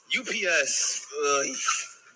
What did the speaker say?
ups